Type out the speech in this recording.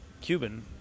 Cuban